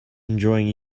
enjoying